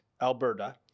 Alberta